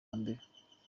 hambere